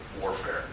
warfare